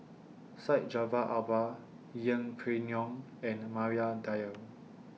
Syed Jaafar Albar Yeng Pway Ngon and Maria Dyer